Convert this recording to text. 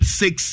six